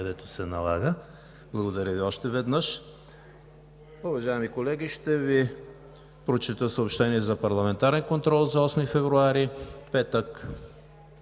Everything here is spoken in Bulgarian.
където се налага. Благодаря Ви още веднъж. Уважаеми колеги, ще Ви прочета съобщения за парламентарен контрол за 8 февруари 2019